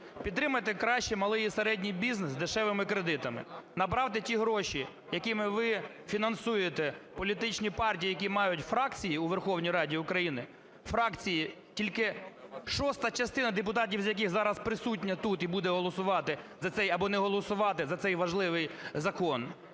Підтримайте краще малий і середній бізнес дешевими кредитами. Направте ті гроші, якими ви фінансуєте політичні партії, які мають фракції у Верховній Раді України, фракції, тільки шоста частина депутатів з яких зараз присутня тут і буде голосувати за цей або не голосувати за цей важливий закон,